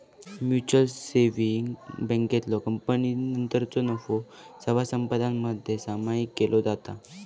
mutual savings बँकेतलो कपातीनंतरचो नफो सभासदांमध्ये सामायिक केलो जाता